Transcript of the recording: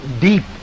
deep